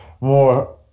more